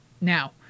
Now